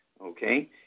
okay